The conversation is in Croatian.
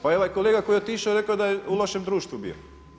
Pa i ovaj kolega koji je otišao je rekao da je u lošem društvu bio.